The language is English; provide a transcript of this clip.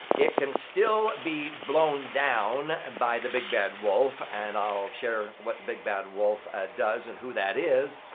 it can still be blown down and by the big bad wolf. and i'll share what the big bad wolf does and who that is.